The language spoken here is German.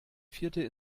vierte